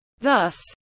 Thus